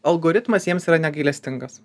algoritmas jiems yra negailestingas